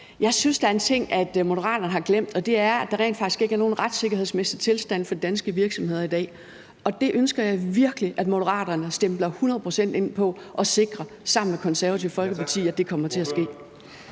Jeg synes, at der er en ting, som Moderaterne har glemt, og det er, at der rent faktisk ikke er nogen retssikkerhedsmæssig tilstand for danske virksomheder i dag, og det ønsker jeg virkelig at Moderaterne stempler hundrede procent ind i og sikrer, sammen med Det Konservative Folkeparti, kommer til at ske.